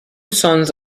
sons